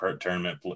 tournament